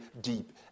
deep